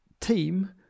team